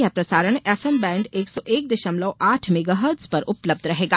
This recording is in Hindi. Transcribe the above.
ये प्रसारण एफएम बैण्ड एक सौ एक दशमलव आठ मेगा हट्ज पर उपलब्ध रहेगा